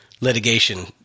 litigation